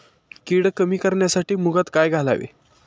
कीड कमी करण्यासाठी मुगात काय घालावे?